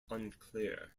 unclear